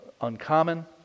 uncommon